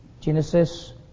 Genesis